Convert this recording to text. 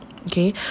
Okay